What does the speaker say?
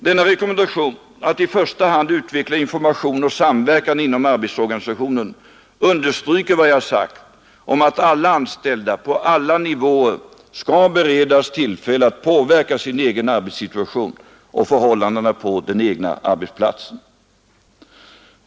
Denna rekommendation att i första hand utveckla information och samverkan inom arbetsorganisationen understryker vad jag har sagt om att alla anställda på alla nivåer skall beredas tillfälle att påverka sin egen arbetssituation och förhållandena på den egna arbetsplatsen.